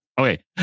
okay